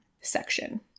section